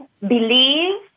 believe